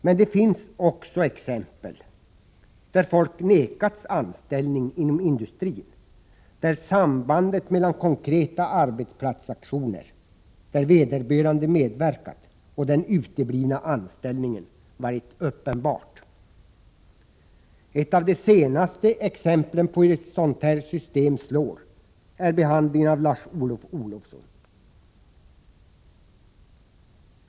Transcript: Men det finns också exempel där folk nekats anställning inom industrin, där sambandet mellan konkreta arbetsplatsaktioner, i vilka vederbörande medverkat, och den uteblivna anställningen varit uppenbart. Ett av de senaste exemplen på hur ett sådant här system slår är behandlingen av Lars-Olov Olofsson.